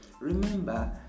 remember